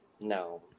No